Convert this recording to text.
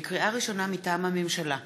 לקריאה ראשונה, מטעם הממשלה: